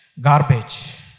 garbage